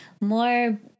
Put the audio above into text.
more